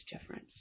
difference